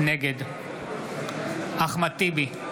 נגד אחמד טיבי,